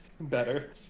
better